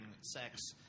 sex